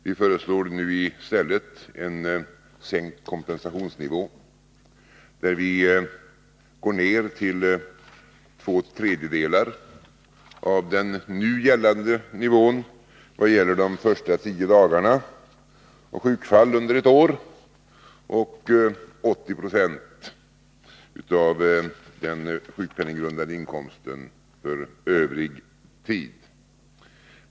Vi föreslår nu i stället en sänkt kompensationsnivå. Vi går ned till två tredjedelar av den nu gällande nivån när det gäller de första tio dagarna av sjukfallen under ett år och till 80 26 av den sjukpenninggrundande inkomsten när det gäller övrig tid.